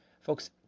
folks